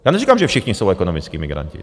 Já neříkám, že všichni jsou ekonomičtí migranti.